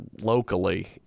locally